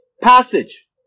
passage